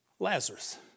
Lazarus